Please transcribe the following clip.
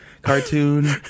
cartoon